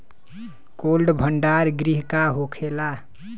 Cold भण्डार गृह का होखेला?